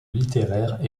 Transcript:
littéraires